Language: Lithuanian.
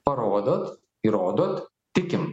parodot įrodote tikim